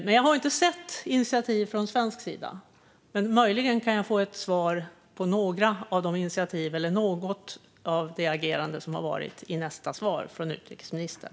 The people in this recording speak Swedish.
Men jag har inte sett några initiativ från svensk sida. Möjligen kan jag få ett svar om några initiativ eller ageranden i nästa inlägg från utrikesministern.